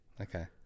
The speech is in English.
Okay